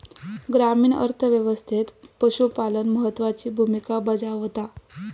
ग्रामीण अर्थ व्यवस्थेत पशुपालन महत्त्वाची भूमिका बजावता